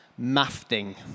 mafting